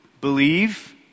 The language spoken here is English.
believe